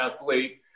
athlete